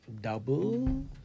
double